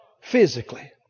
physically